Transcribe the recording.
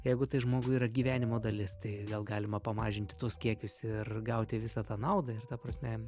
jeigu tai žmogui yra gyvenimo dalis tai gal galima pamažinti tuos kiekius ir gauti visą tą naudą ir ta prasme